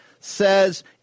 says